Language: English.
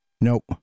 Nope